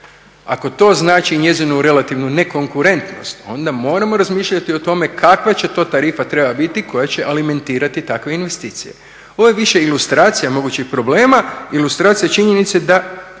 Ako to znači njezinu relativnu nekonkurentnost onda moramo razmišljati o tome kakva to tarifa treba biti koja će alimentirati takve investicije. Ovo je više ilustracija mogućih problema, ilustracija činjenice da